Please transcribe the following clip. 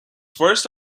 first